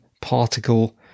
particle